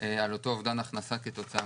על אותו אובדן הכנסה כתוצאה